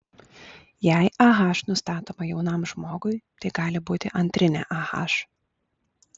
jei ah nustatoma jaunam žmogui tai gali būti antrinė ah